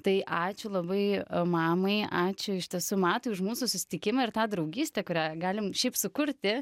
tai ačiū labai mamai ačiū iš tiesų matui už mūsų susitikimą ir tą draugystę kurią galim šiaip sukurti